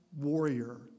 warrior